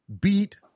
beat